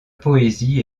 poésie